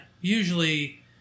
Usually